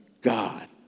God